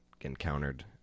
encountered